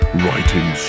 writing